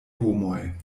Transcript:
homoj